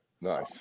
Nice